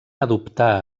adoptà